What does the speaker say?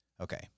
Okay